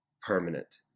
permanent